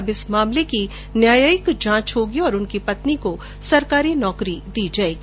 अब इस मामले की न्यायिक जांच होगी और उनकी पत्नी को सरकारी नौकरी दी जाएगी